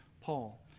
Paul